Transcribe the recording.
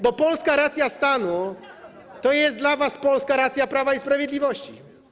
Bo polska racja stanu to jest dla was polska racja Prawa i Sprawiedliwości.